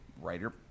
writer